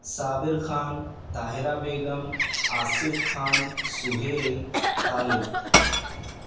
Sabir Khan Tahira Begum Asif Khan Sohail Talib